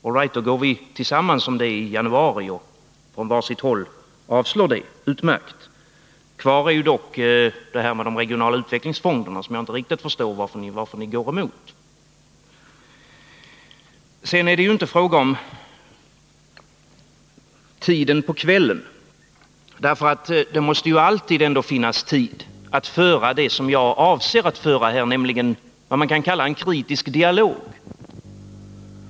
Låt oss i så fall gå tillsammansi januari från var sitt håll och avslå det — det är utmärkt! Kvar står dock det som gäller de regionala utvecklingsfonderna. Jag förstår inte riktigt varför ni går emot detta. Sedan är det väsentliga inte vilken tid på kvällen som vi diskuterar. Det måste alltid finnas tid att föra det som jag avser att föra här, nämligen en kritisk dialog.